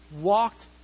walked